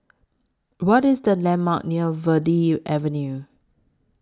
What IS The landmarks near Verde Avenue